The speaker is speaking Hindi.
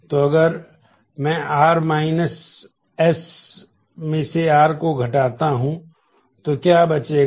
तो अगर मैं r s में से r को घटाता हूँ तो क्या बचेगा